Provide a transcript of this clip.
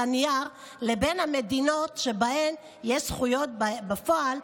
הנייר לבין המדינות שבהן יש זכויות בפועל,